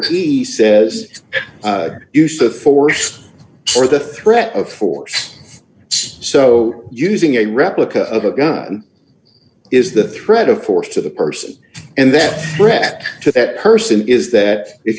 essenes use of force or the threat of force so using a replica of a gun is the threat of force to the person and that threat to that person is that if